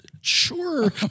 sure